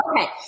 Okay